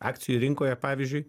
akcijų rinkoje pavyzdžiui